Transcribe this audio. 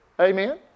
Amen